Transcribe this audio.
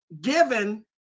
given